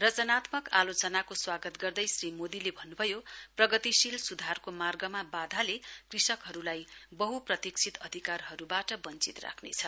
रचनात्मक आलोचनाको स्वागत गर्दै श्री मोदीले भन्नुभयो प्रगतिशील सुधारको मार्गमा वाधाले कृषकहरूलाई वहुप्रतिक्षित अधिकारहरूबाट वश्वित राख्रेछ